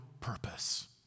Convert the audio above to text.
purpose